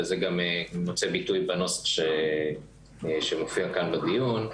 וזה גם מוצא ביטוי בנוסח שמופיע כאן בדיון,